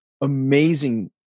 amazing